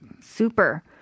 super